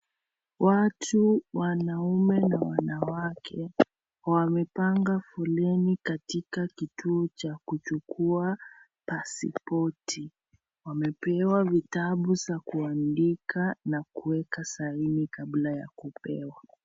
Watu wanaume na wanawake wamepanga foleni katika kituo cha kuchukua pasipoti. Wamepewa vitabu za kuandika na kuweka saini kabla ya kupewa.